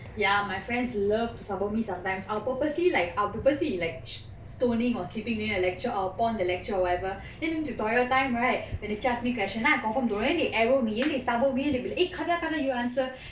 ya my friends love to sabo me sometimes I'll purposely like I will purposely like stoning or sleeping during the lecture I'll pon the lecture or whatever then in tutorial time right when the teacher ask me question then I confirm don't know and they arrow me and they sabo me they will be eh kadya kadya you answer